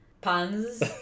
Puns